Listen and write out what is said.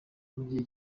mugihe